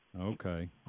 Okay